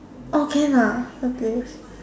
oh can ah okay